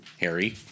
Harry